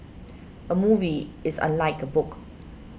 a movie is unlike a book